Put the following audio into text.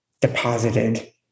deposited